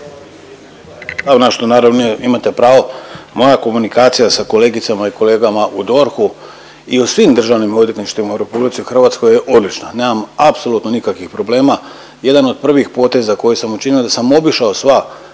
Ivan** … naravno imate pravo, moja komunikacija sa kolegicama i kolegama u DORH-u i u svim državnim odvjetništvima u RH je odlična, nemam apsolutno nikakvih problema. Jedan od prvih poteza koji sam učinio da sam obišao sva